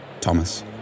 Thomas